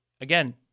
again